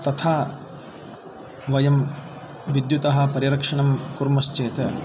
तथा वयं विद्युतः परिरक्षणं कुर्मश्चेत्